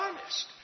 honest